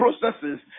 processes